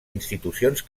institucions